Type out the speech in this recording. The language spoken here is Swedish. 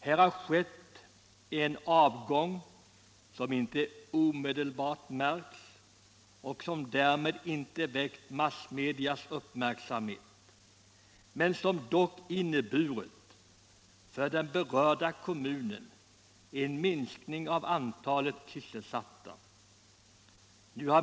Här har skett en avgång, som inte omedelbart märks och som därför inte väckt massmedias uppmärksamhet. Men den har ändå för den berörda kommunen inneburiten minskning av antalet sysselsatta.